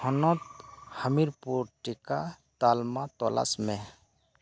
ᱦᱚᱱᱚᱛ ᱦᱟᱢᱤᱨ ᱯᱩᱨ ᱴᱤᱠᱟ ᱛᱟᱞᱢᱟ ᱛᱚᱞᱟᱥ ᱢᱮ